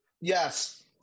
Yes